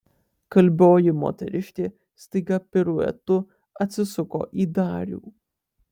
kalbioji moteriškė staiga piruetu atsisuko į darių